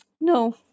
No